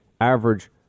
average